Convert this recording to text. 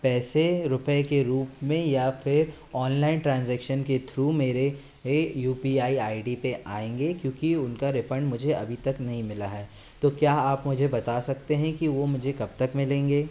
पैसे रुपए के रूप में या फिर ऑनलाइन ट्रांजै़क्शन के थ्रू मेरे ये U P I I D पे आएंगे क्योंकि उनका रीफंड मुझे अभी तक नहीं मिला है तो क्या आप मुझे बता सकते हैं कि वो मुझे कब तक मिलेंगे